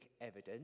evidence